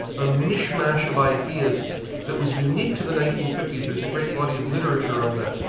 a mishmash of ideas that was unique to the nineteen fifty s. there's a great body of literature on that.